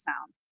sound